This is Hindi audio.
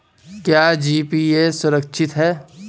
क्या जी.पी.ए सुरक्षित है?